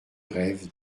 rêve